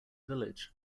village